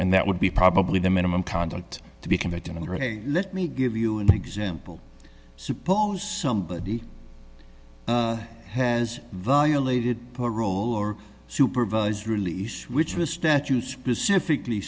and that would be probably the minimum conduct to be convicted and let me give you an example suppose somebody has violated parole or supervised release which was statute specifically